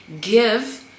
give